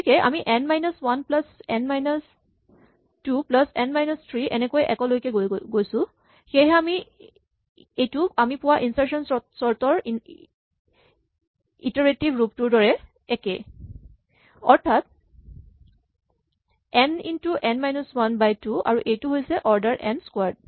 গতিকে আমি n minus one plus n minus two plus n minus three এনেকৈ একলৈকে গৈছো সেয়েহে এইটো আমি পোৱা ইনচাৰ্চন চৰ্ট ৰ ইটাৰেটিভ ৰূপটোৰ দৰে একেই অৰ্থাৎ n into n minus one by two আৰু এইটো হৈছে অৰ্ডাৰ এন স্কোৱাৰ্ড